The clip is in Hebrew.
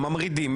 ממרידים,